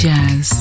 Jazz